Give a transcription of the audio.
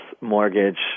mortgage